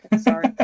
Sorry